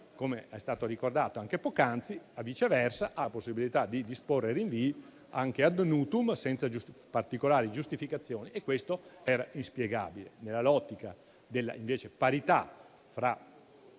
come è stato ricordato anche poc'anzi, viceversa ha la possibilità di disporre rinvii anche *ad nutum*, senza particolari giustificazioni. Ciò era inspiegabile nell'ottica della parità fra